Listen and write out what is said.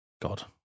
God